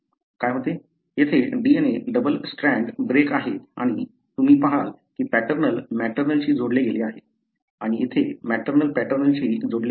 येथे DNA double strand break आहे आणि तुम्ही पाहाल की पॅटर्नल मॅटर्नलशी जोडले गेले आहे आणि येथे मॅटर्नल पॅटर्नलशी जोडले गेले आहे